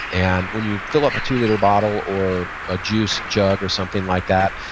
and when you fill up a two-liter bottle or a juice jug or something like that,